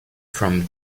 from